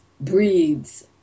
breeds